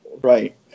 Right